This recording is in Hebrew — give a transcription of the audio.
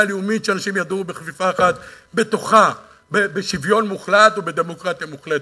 לאומית שאנשים ידורו בכפיפה אחת בתוכה בשוויון מוחלט ובדמוקרטיה מוחלטת?